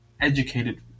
educated